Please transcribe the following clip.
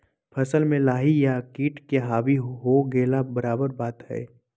फसल में लाही या किट के हावी हो गेला बराबर बात हइ